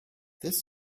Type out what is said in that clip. this